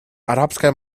арабская